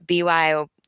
BYO